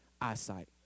eyesight